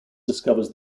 discovers